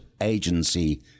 agency